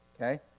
okay